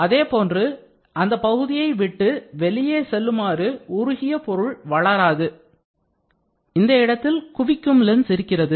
அதேபோன்று அந்தப் பகுதியை விட்டு வெளியே செல்லுமாறு உருகிய பொருள் வளராது இந்த இடத்தில் குவிக்கும் லென்ஸ் இருக்கிறது